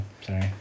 Sorry